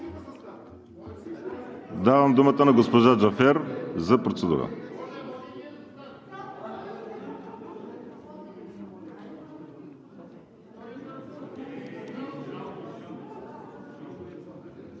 Давам думата на госпожа Джафер за процедура.